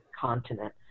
continent